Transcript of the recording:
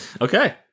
Okay